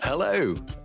Hello